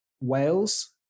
Wales